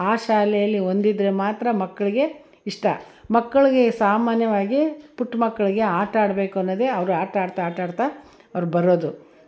ಆ ಶಾಲೆಯಲ್ಲಿ ಹೊಂದಿದ್ದರೆ ಮಾತ್ರ ಮಕ್ಳಿಗೆ ಇಷ್ಟ ಮಕ್ಳಿಗೆ ಈ ಸಾಮಾನ್ಯವಾಗಿ ಪುಟ್ಟ ಮಕ್ಳಿಗೆ ಆಟ ಆಡ್ಬೇಕನ್ನೋದೆ ಅವ್ರು ಆಟಾಡ್ತಾ ಆಟಾಡ್ತಾ ಅವ್ರು ಬರೋದು